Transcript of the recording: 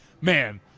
man